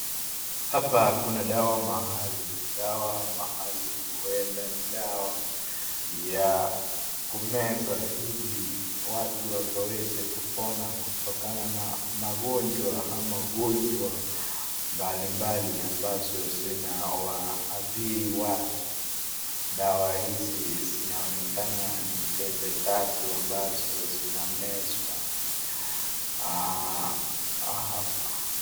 Hapa kuna dawa mahalum, dawa mahalum hurnda ni dawa ya, kumeza hili watu waeze kupona kutokana na gonjwa ama magonjwa mbali mbali ambazo zina wa, athiri watu, dawa hizi zinaonekana ni tembe tatu ambazo zinamezwa, aa hapa.